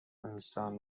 انسان